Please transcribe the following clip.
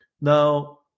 Now